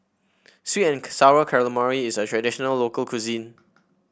sweet and sour calamari is a traditional local cuisine